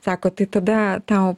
sako tai tada tau